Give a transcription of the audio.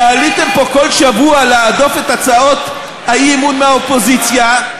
ועליתם פה כל שבוע להדוף את הצעות האי-אמון מהאופוזיציה,